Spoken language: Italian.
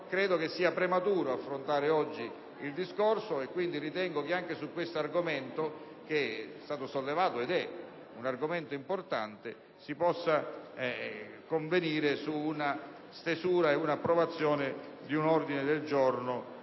credo sia prematuro affrontare oggi il discorso e quindi ritengo che, anche su questo argomento, che è stato sollevato ed è importante, si possa convenire sulla stesura e l'approvazione di un ordine del giorno